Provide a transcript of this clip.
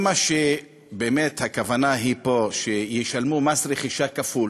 אם באמת הכוונה פה היא שישלמו מס רכישה כפול,